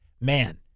man